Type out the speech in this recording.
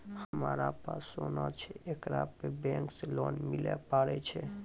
हमारा पास सोना छै येकरा पे बैंक से लोन मिले पारे छै?